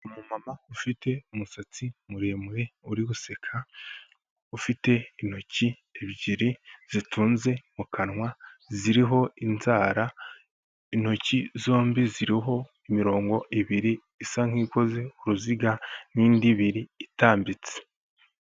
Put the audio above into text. Umumama ufite umusatsi muremure uri guseka, ufite intoki ebyiri zitunze mu kanwa ziriho inzara, intoki zombi ziriho imirongo ibiri isa nk'ikoze uruziga n'indi ibiriri itambitse.